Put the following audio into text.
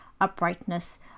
uprightness